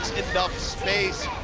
space.